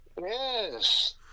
Yes